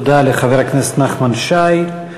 תודה לחבר הכנסת נחמן שי.